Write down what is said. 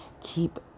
keep